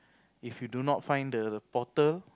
if you do not find the portal